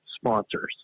sponsors